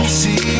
see